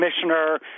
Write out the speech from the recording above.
commissioner